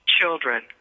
children